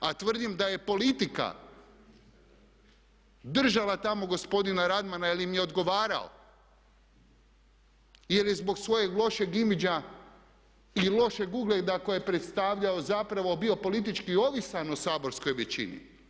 A tvrdim da je politika držala tamo gospodina Radmana jer im je odgovarao, jer je zbog svojeg lošeg imagea ili lošeg ugleda koji je predstavljao zapravo bio politički ovisan o saborskoj većini.